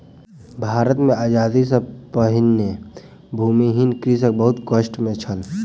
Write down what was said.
भारत मे आजादी सॅ पहिने भूमिहीन कृषक बहुत कष्ट मे छल